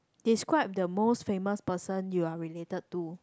describe the most famous person you are related to